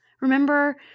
Remember